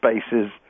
spaces